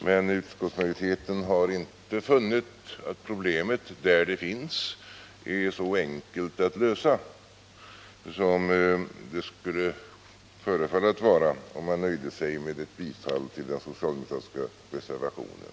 Men utskottsmajoriteten har inte funnit att problemet, där det finns, är så enkelt att lösa att man skulle kunna nöja sig med att tillstyrka den socialdemokratiska reservationen.